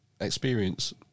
experience